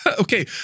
okay